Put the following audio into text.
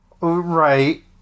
Right